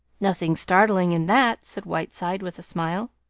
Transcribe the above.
nothing startling in that, said whiteside with a smile.